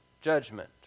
judgment